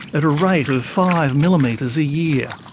at a rate of five millimetres a year.